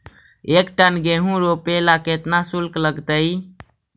एक टन गेहूं रोपेला केतना शुल्क लगतई?